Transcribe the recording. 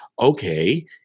okay